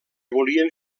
volien